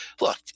look